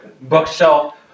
Bookshelf